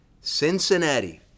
Cincinnati